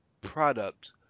product